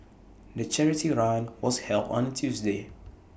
the charity run was held on A Tuesday